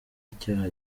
icyaha